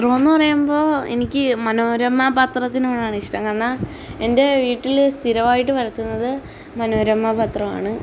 പത്രമെന്ന് പറയുമ്പോള് എനിക്കീ മനോരമ പത്രത്തിനോടാണ് ഇഷ്ടം കാരണം എൻ്റെ വീട്ടില് സ്ഥിരമായിട്ട് വരുത്തുന്നത് മനോരമ പത്രമാണ്